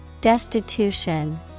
Destitution